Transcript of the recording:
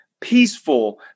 peaceful